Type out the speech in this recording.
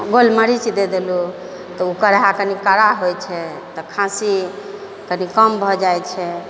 गोल मरीच दऽ देलहुँ तऽ ओ काढ़ा कनि कड़ा होइ छै तऽ खाँसी कनि कम भऽ जाइ छै